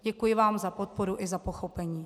Děkuji vám za podporu i za pochopení.